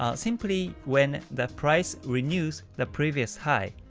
ah simply when the price renews the previous high,